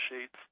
sheets